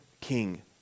king